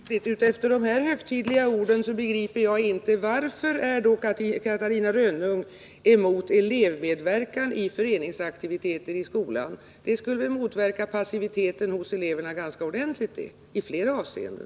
Fru talman! Detta blir mer och mer obegripligt. Efter att ha hört dessa högtidliga ord begriper jag inte varför Catarina Rönnung är emot elevmedverkan i föreningsaktiviteter i skolan. Det skulle väl motverka passiviteten hos eleverna ganska ordentligt i flera avseenden.